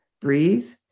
breathe